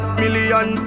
million